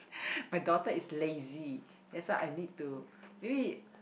my daughter is lazy that's why I need to maybe